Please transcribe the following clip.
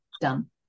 done